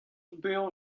bezañ